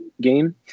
game